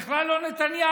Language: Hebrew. בכלל לא נתניהו.